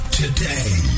today